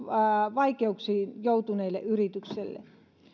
vaikeuksiin joutuneille yrityksille